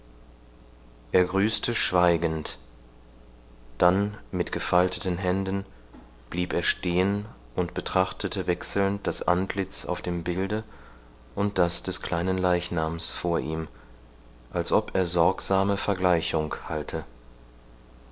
er grüßte schweigend dann mit gefalteten händen blieb er stehen und betrachtete wechselnd das antlitz auf dem bilde und das des kleinen leichnams vor ihm als ob er sorgsame vergleichung halte